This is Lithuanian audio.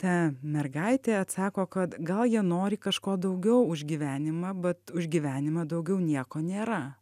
ta mergaitė atsako kad gal jie nori kažko daugiau už gyvenimą bet už gyvenimą daugiau nieko nėra